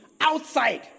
outside